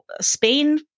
Spain